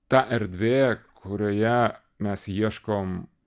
ta erdvė kurioje mes ieškom